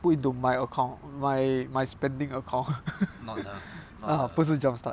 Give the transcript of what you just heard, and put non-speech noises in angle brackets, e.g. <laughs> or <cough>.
put into my account my my spending account <laughs> 不是 jump start